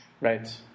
Right